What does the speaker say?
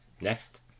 Next